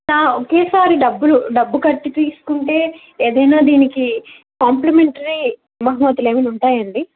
ఒకేసారి డబ్బులు డబ్బు కట్టి తీసుకుంటే ఏదైనా దీనికి కాంప్లిమెంటరీ బహుమతులు ఏమైనా ఉంటాయా అండి